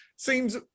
Seems